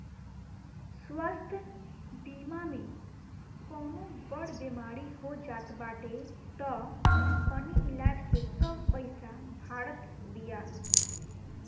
स्वास्थ्य बीमा में कवनो बड़ बेमारी हो जात बाटे तअ कंपनी इलाज के सब पईसा भारत बिया